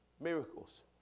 miracles